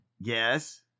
Yes